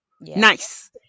Nice